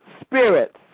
Spirits